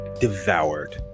devoured